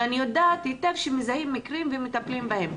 ואני יודעת היטב שמזהים מקרים ומטפלים בהם.